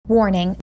Warning